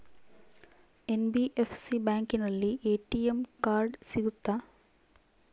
NBFC ಬ್ಯಾಂಕಿನಲ್ಲಿ ATM card ಸಿಗುತ್ತಾ?